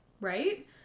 Right